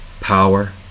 Power